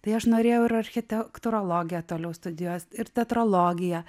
tai aš norėjau ir architektūrologiją toliau studijuot ir teatrologiją